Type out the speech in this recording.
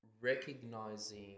recognizing